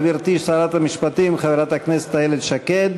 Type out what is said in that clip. גברתי שרת המשפטים חברת הכנסת איילת שקד,